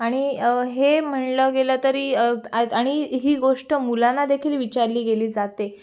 आणि हे म्हटलं गेलं तरी आज आणि ही गोष्ट मुलांना देखील विचारली गेली जाते